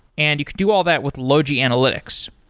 and you could do all that with logi analytics.